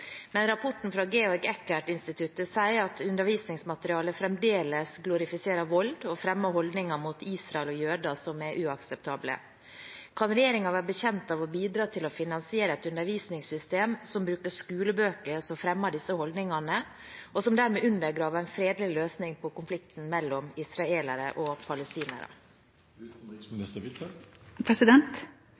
Men rapporten fra Georg Eckert-Instituttet sier at undervisningsmaterialet fremdeles glorifiserer vold og fremmer holdninger mot Israel og jøder som er uakseptable. Kan regjeringen være bekjent av å bidra til å finansiere et undervisningssystem som bruker skolebøker som fremmer disse holdningene, og som dermed undergraver en fredelig løsning på konflikten mellom israelere og